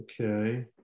Okay